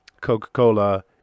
coca-cola